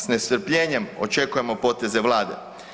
S nestrpljenjem očekujemo poteze Vlade.